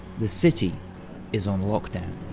the city is on lockdown.